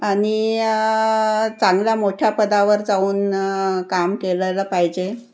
आणि चांगल्या मोठ्या पदावर जाऊन काम केलेलं पाहिजे